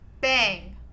Bang